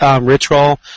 ritual